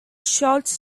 shots